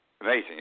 Amazing